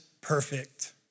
perfect